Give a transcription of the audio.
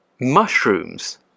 Mushrooms